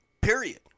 Period